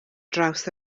draws